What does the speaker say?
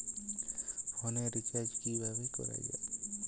ফোনের রিচার্জ কিভাবে করা যায়?